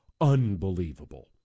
unbelievable